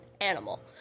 animal